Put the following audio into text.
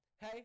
hey